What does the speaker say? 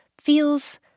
feels